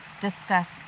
discuss